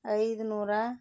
ಐದುನೂರ